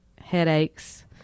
headaches